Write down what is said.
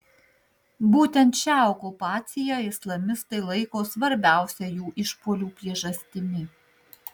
būtent šią okupaciją islamistai laiko svarbiausia jų išpuolių priežastimi